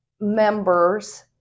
members